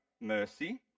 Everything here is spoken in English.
mercy